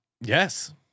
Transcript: Yes